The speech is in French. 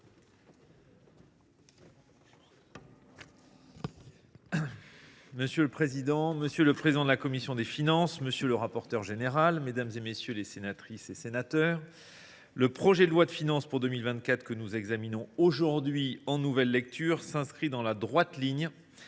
Monsieur le président, monsieur le président de la commission des finances, monsieur le rapporteur général, mesdames, messieurs les sénateurs, le projet de loi de finances pour 2024 que nous examinons aujourd’hui en nouvelle lecture s’inscrit dans la droite ligne